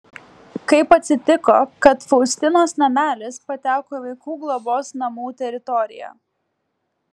kaip atsitiko kad faustinos namelis pateko į vaikų globos namų teritoriją